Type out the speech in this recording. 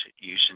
using